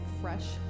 fresh